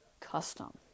custom